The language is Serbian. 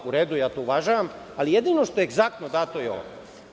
U redu, ja to uvažavam, ali jedino što je egzaktno dato je ovo.